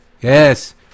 Yes